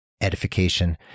edification